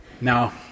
Now